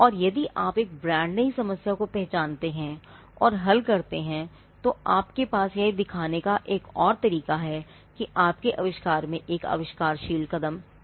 और यदि आप एक ब्रांड नई समस्या को पहचानते हैं और हल करते हैं तो आपके पास यह दिखाने का एक और तरीका है कि आपके आविष्कार में एक आविष्कारशील कदम शामिल है